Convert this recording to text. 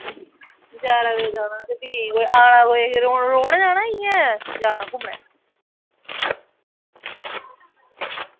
तां भी इंया रौह्ने ई जाना की इंया जाना घुम्मनै ई